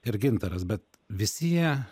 ir gintaras bet visi jie